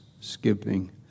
skipping